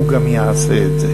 הוא גם יעשה את זה.